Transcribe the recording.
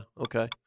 Okay